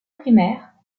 primaires